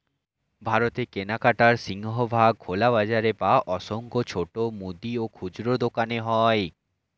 ভারতে কেনাকাটার সিংহভাগ খোলা বাজারে বা অসংখ্য ছোট মুদি ও খুচরো দোকানে হয়